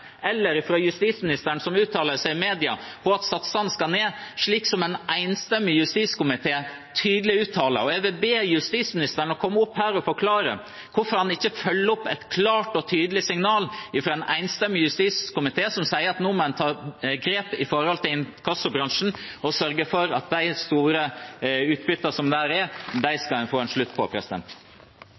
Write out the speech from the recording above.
eller fra justisministeren som uttaler seg i media, at satsene skal ned, slik en enstemmig justiskomité tydelig uttaler. Jeg vil be justisministeren komme opp på talerstolen og forklare hvorfor han ikke følger opp et klart og tydelig signal fra en enstemmig justiskomité, som sier at nå må en ta grep når det gjelder inkassobransjen, og sørge for at en får slutt på de store utbyttene som er der.